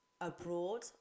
abroad